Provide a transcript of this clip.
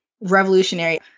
revolutionary